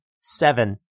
Seven